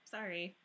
Sorry